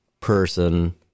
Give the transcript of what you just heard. person